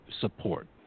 support